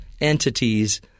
entities